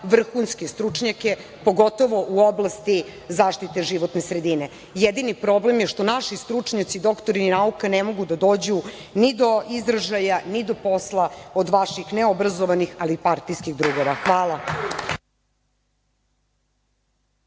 vrhunske stručnjake, pogotovo u oblasti zaštite životne sredine. Jedini problem je što naši stručnjaci, doktori nauka ne mogu da dođu ni do izražaja, ni do posla od vaših neobrazovanih, ali partijskih drugova. Hvala.